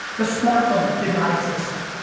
the smartphone did not exist,